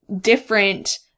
different